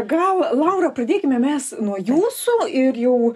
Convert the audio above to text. gal laura pradėkime mes nuo jūsų ir jau